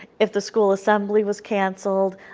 if the school assembly was cancelled,